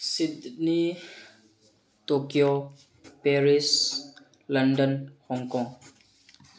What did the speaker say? Sydney Tokyo Paris London Hong Kong